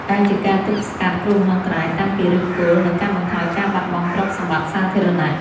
ដែលជាការទប់ស្កាត់គ្រោះមហន្តរាយតាំងពីឫសគល់ និងកាត់បន្ថយការបាត់បង់ទ្រព្យសម្បត្តិសាធារណៈ។